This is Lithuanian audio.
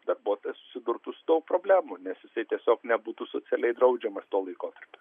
darbuotojas susidurtų su daug problemų nes jisai tiesiog nebūtų socialiai draudžiamas tuo laikotarpiu